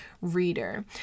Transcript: reader